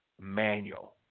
manual